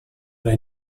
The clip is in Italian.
era